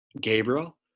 Gabriel